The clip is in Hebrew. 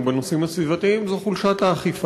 בנושאים הסביבתיים היא חולשת האכיפה.